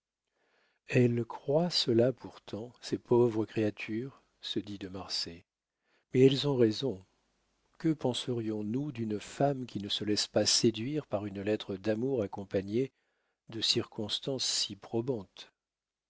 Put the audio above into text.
elles croient cela pourtant ces pauvres créatures se dit de marsay mais elles ont raison que penserions nous d'une femme qui ne se laisserait pas séduire par une lettre d'amour accompagnée de circonstances si probantes